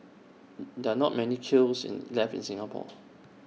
there are not many kilns left in Singapore